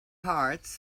hearts